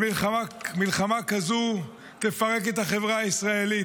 מלחמה כזו תפרק את החברה הישראלית,